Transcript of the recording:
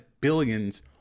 billions